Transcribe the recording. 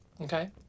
Okay